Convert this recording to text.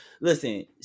listen